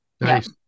Nice